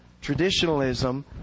traditionalism